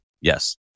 Yes